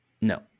No